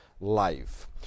life